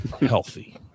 healthy